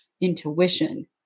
intuition